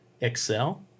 excel